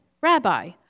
Rabbi